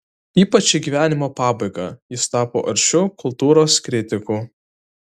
ypač į gyvenimo pabaigą jis tapo aršiu kultūros kritiku